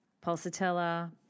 Pulsatilla